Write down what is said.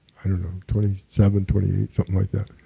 i don't know, twenty seven, twenty eight something like that.